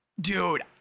Dude